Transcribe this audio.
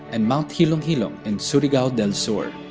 and mt hilong-hilong in surigao del sur.